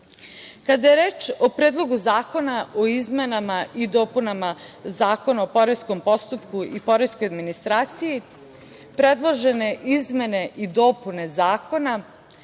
je reč o Predlogu zakona o izmenama i dopunama Zakona o poreskom postupku i poreskoj administraciji predložene izmene i dopune zakona